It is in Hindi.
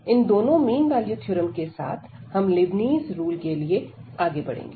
इन दोनों मीन वैल्यू थ्योरम के साथ हम लेबनीज़ रूल के लिए आगे बढ़ेंगे